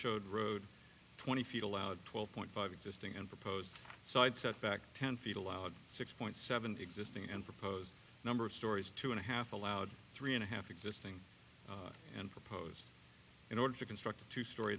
showed road twenty feet allowed twelve point five existing and proposed side setback ten feet allowed six point seven existing and proposed a number of stories two and a half allowed three and a half existing and proposed in order to construct a two stor